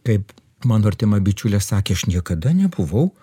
kaip mano artima bičiulė sakė aš niekada nebuvau